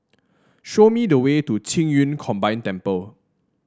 show me the way to Qing Yun Combined Temple